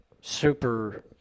super